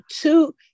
two